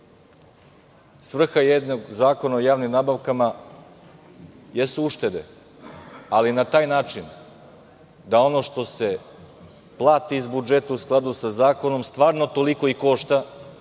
Svrha jednog Zakona o javnim nabavkama jesu uštede, ali na taj način da ono što se plati iz budžeta u skladu sa zakonom stvarno toliko i košta,